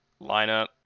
Lineup